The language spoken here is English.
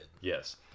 Yes